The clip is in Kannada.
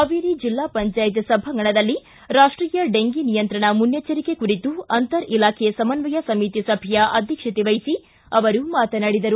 ಹಾವೇರಿ ಜಿಲ್ಲಾ ಪಂಚಾಯತ್ ಸಭಾಂಗಣದಲ್ಲಿ ರಾಷ್ಟೀಯ ಡೆಂಗಿ ನಿಯಂತ್ರಣ ಮುನ್ನೆಚ್ಚರಿಕೆ ಕುರಿತು ಅಂತರ ಇಲಾಖೆ ಸಮನ್ವಯ ಸಮಿತಿ ಸಭೆಯ ಅಧ್ಯಕ್ಷತೆವಹಿಸಿ ಅವರು ಮಾತನಾಡಿದರು